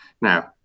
now